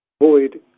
avoid